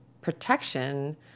protection